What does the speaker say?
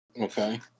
Okay